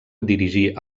dirigir